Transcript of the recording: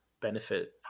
benefit